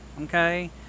okay